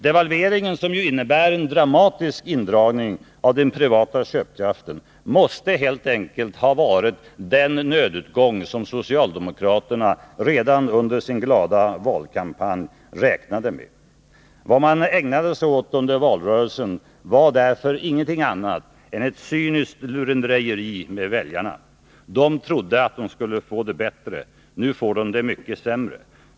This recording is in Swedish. Devalveringen, som ju innebär en dramatisk indragning av den privata köpkraften, måste helt enkelt ha varit den nödutgång som socialdemokraterna redan under sin glada valkampanj räknade med. Vad man ägnade sig åt under hela valrörelsen var därför ingenting annat än ett cyniskt lurendrejeri med väljarna. De trodde de skulle få det bättre. Nu får de det mycket sämre.